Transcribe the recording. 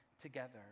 together